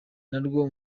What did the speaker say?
narwo